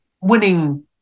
winning